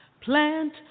plant